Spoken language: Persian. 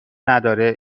نداره